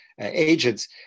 agents